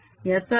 याचा अर्थ काय